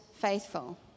faithful